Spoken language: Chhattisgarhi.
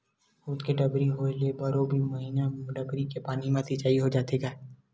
खुद के डबरी होए ले बारो महिना डबरी के पानी म सिचई हो जाथे गा